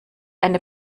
eine